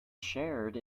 shared